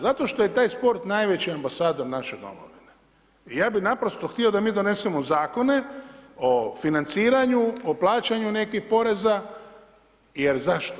Zato što je taj sport najveći ambasador naše domovine, i ja bih naprosto htio da mi donesemo Zakone o financiranju, o plaćanju nekih poreza, jer zašto?